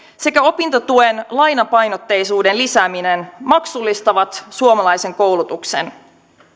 sekä opintotuen lainapainotteisuuden lisääminen maksullistavat suomalaisen koulutuksen